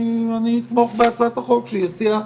אני אתמוך בהצעת החוק שיציע.